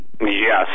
Yes